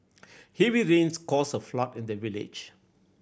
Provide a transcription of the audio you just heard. heavy rains caused a flood in the village